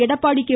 Edappadi K